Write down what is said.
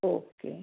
okay